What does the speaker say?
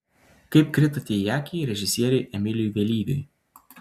kaip kritote į akį režisieriui emiliui vėlyviui